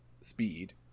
speed